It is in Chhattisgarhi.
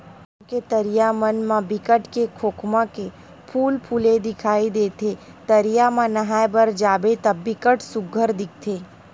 गाँव के तरिया मन म बिकट के खोखमा के फूल फूले दिखई देथे, तरिया म नहाय बर जाबे त बिकट सुग्घर दिखथे